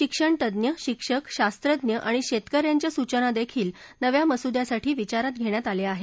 शिक्षणतज्ञ शिक्षक शास्त्रज्ञ आणि शेतक यांच्या सूचनादेखील नव्या मसुद्यासाठी विचारात धेण्यात आल्या आहेत